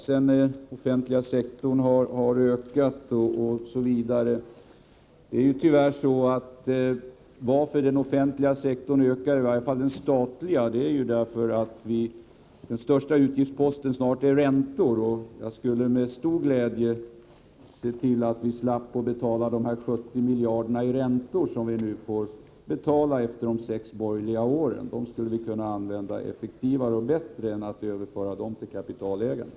Den offentliga sektorn har ökat. Ja, anledningen till att den offentliga sektorn har ökat — i varje fall den statliga sektorn — är tyvärr att den största utgiftsposten snart är räntor. Jag skulle om jag kunde med glädje se till att vi slapp att betala de 70 miljarder i räntor som vi nu får betala efter de sex borgerliga åren. De pengarna skulle vi kunna använda på ett effektivare och bättre sätt än att överföra dem till kapitalägarna.